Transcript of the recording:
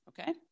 Okay